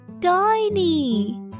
tiny